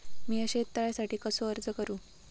मीया शेत तळ्यासाठी कसो अर्ज करू?